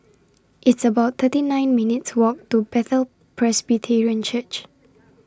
It's about thirty nine minutes' Walk to Bethel Presbyterian Church